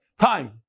Time